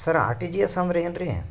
ಸರ RTGS ಅಂದ್ರ ಏನ್ರೀ?